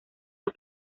los